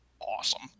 Awesome